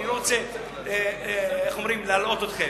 אני לא רוצה להלאות אתכם.